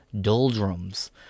doldrums